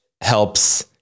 helps